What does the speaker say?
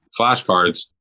flashcards